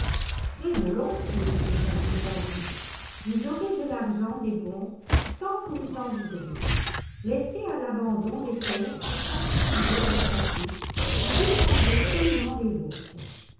très volontiers répondit zadig vous aurez de l'argent des bonzes tant que vous en voudrez laissez à l'abandon les terres où sont situés leurs châteaux et défendez seulement les vôtres